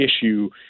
issue